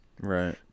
right